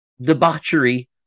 debauchery